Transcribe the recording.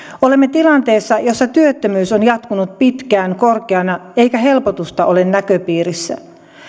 olemme tilanteessa jossa työttömyys on jatkunut pitkään korkeana eikä helpotusta ole näköpiirissä